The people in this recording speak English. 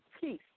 peace